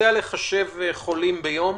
אתה יודע לחשב חולים ביום?